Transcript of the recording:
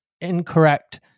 incorrect